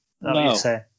No